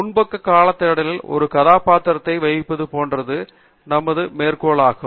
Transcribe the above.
முன்பக்க கால தேடலில் ஒரு கதாபாத்திரத்தை வகிக்கப் போகிறது என்பது மேற்கோள் ஆகும்